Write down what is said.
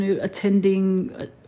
attending